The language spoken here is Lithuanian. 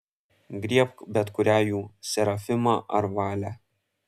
griebk bet kurią jų serafimą ar valę